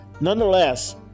nonetheless